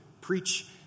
preach